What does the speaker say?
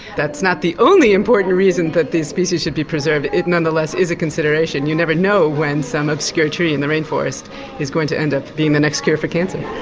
that's not the only important reason that these species should be preserved. it nonetheless is a consideration. you never know when some obscure tree in the rainforest is going to end up being the next cure for cancer.